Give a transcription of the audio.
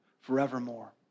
forevermore